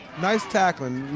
nice tackling.